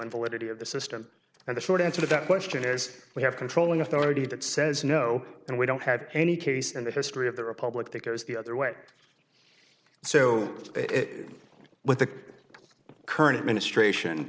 and validity of the system and the short answer to that question is we have controlling authority that says no and we don't have any case in the history of the republic that goes the other way so it with the current administration